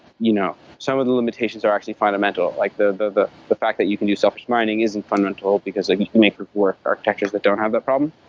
you know some of the limitations are actually fundamental. like the the fact that you can do self mining isn't fundamental, because they make work architectures that don't have that problem.